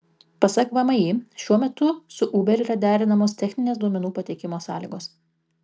pasak vmi šiuo metu su uber yra derinamos techninės duomenų pateikimo sąlygos